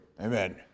Amen